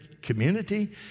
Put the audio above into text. community